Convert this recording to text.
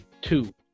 two